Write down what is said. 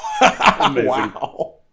Wow